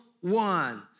one